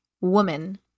woman